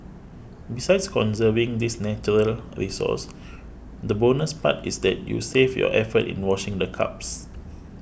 besides conserving this natural resource the bonus part is that you save your effort in washing the cups